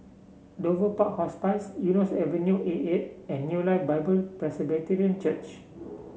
Dover Park Hospice Eunos Avenue Eight A and New Life Bible Presbyterian Church